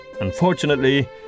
Unfortunately